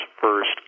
first